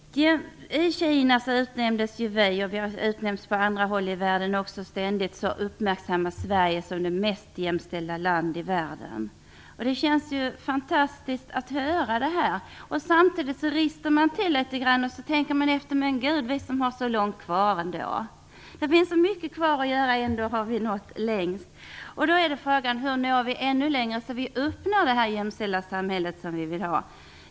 I Kina utnämndes Sverige till det mest jämställda landet i världen. Sverige har också utnämnts på andra håll i världen och uppmärksammas ständigt för detta. Det känns fantastiskt att höra det, och samtidigt rister man till och tänker på att vi ändå har så långt kvar. Det finns så mycket kvar att göra, och ändå har vi nått längst. Då är frågan: Hur når vi ännu längre, så att vi får det jämställda samhälle vi vill ha?